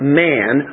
man